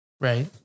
Right